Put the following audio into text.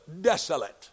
desolate